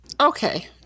Okay